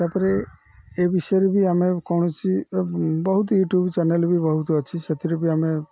ତା'ପରେ ଏ ବିଷୟରେ ବି ଆମେ କୌଣଚ ବହୁତ ୟୁଟ୍ୟୁବ୍ ଚ୍ୟାନେଲ୍ ବି ବହୁତ ଅଛି ସେଥିରେ ବି ଆମେ